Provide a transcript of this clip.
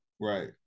Right